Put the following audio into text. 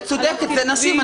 היא צודקת, זה נשים.